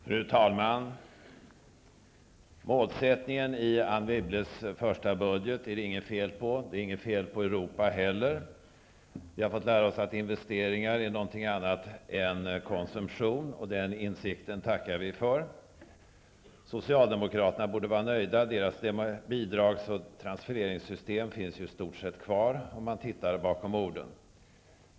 Fru talman! Målsättningen i Anne Wibbles första budget är det inget fel på. Det är inget fel på Europa heller. Vi har fått lära oss att investeringar är någonting annat än konsumtion, och den insikten tackar vi för. Socialdemokraterna borde vara nöjda. Deras bidrags och transfereringssystem finns i stort sett kvar, om man tittar bakom orden.